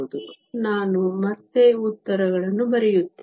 ನಾನು ಮತ್ತೆ ಉತ್ತರಗಳನ್ನು ಬರೆಯುತ್ತೇನೆ